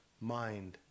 mind